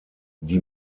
die